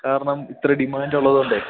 കാരണം ഇത്ര ഡിമാൻറ്റ് ഉള്ളത് കൊണ്ടേ